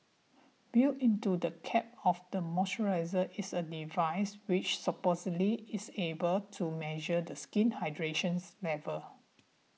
built into the cap of the moisturiser is a device which supposedly is able to measure the skin's hydrations levels